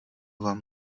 vám